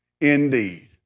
indeed